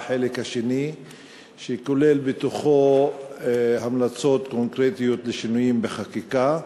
לחלק השני שכולל בתוכו המלצות קונקרטיות לשינויים בחקיקה,